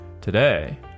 Today